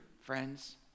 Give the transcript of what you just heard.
friends